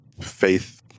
faith